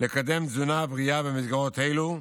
לקדם תזונה בריאה במסגרות אלה,